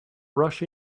rush